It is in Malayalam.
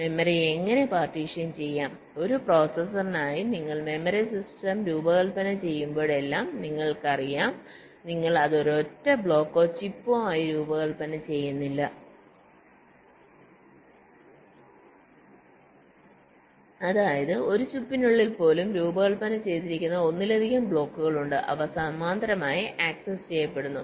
മെമ്മറി എങ്ങനെ പാർട്ടീഷൻ ചെയ്യാം ഒരു പ്രോസസറിനായി നിങ്ങൾ മെമ്മറി സിസ്റ്റം രൂപകൽപന ചെയ്യുമ്പോഴെല്ലാം നിങ്ങൾക്കറിയാം നിങ്ങൾ അത് ഒരൊറ്റ ബ്ലോക്കോ ചിപ്പോ ആയി രൂപകൽപ്പന ചെയ്യുന്നില്ല അതായത് ഒരു ചിപ്പിനുള്ളിൽ പോലും രൂപകൽപ്പന ചെയ്തിരിക്കുന്ന ഒന്നിലധികം ബ്ലോക്കുകൾ ഉണ്ട് അവ സമാന്തരമായി ആക്സസ് ചെയ്യപ്പെടുന്നു